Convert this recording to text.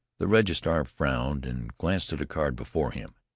the registrar frowned and glanced at a card before him.